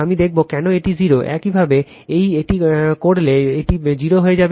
আমি দেখাব কেন এটি 0 একইভাবে এটি করলে এটি 0 হয়ে যাবে